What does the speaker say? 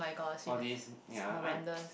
all these ya I